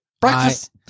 breakfast